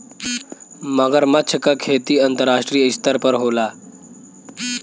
मगरमच्छ क खेती अंतरराष्ट्रीय स्तर पर होला